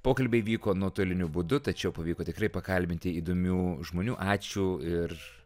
pokalbiai vyko nuotoliniu būdu tačiau pavyko tikrai pakalbinti įdomių žmonių ačiū ir